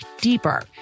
deeper